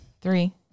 Three